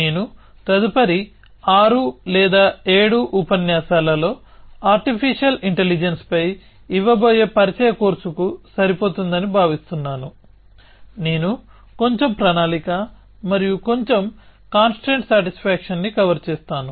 నేను తదుపరి 6 లేదా 7 ఉపన్యాసాలలో AI పై ఇవ్వబోయె పరిచయ కోర్సుకు సరిపోతుందని భావిస్తున్నాను నేను కొంచెం ప్రణాళిక మరియు కొంచెం కాన్స్ట్రైంట్ సాటిస్ఫాక్షన్ ని కవర్ చేస్తాను